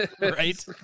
Right